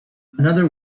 another